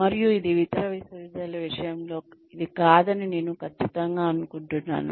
మరియు ఇది ఇతర విశ్వవిద్యాలయాల విషయంలో ఇది కాదని నేను ఖచ్చితంగా అనుకుంటున్నాను